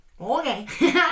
Okay